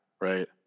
right